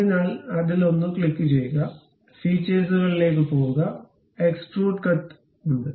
അതിനാൽ അതിൽ ഒന്ന് ക്ലിക്കുചെയ്യുക ഫീച്ചേഴ്സുകളിലേക്ക് പോകുക എക്സ്ട്രൂഡ് കട്ട് ഉണ്ട്